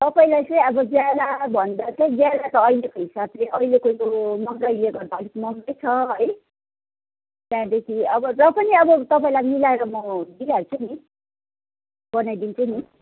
तपाईँलाई चाहिँ अब ज्याला भन्दा चाहिँ ज्याला त अहिलेको हिसाबले अहिलेको यो महँगाईले गर्दा अलिक महँगै छ है त्यहाँदेखि अब र पनि अब तपाईँलाई मिलाएर म दिइहाल्छु नि बनाइदिन्छु नि